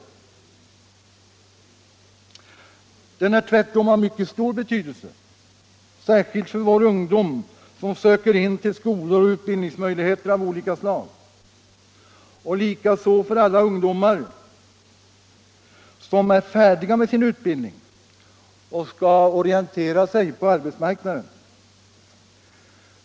Tvärtom är frågan av mycket stor betydelse, särskilt för vår ungdom som söker in till skolor och över huvud taget vill utnyttja utbildningsmöjligheter av olika slag, liksom för alla ungdomar som är färdiga med sin utbildning och skall orientera sig på arbetsmarknaden.